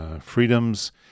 Freedoms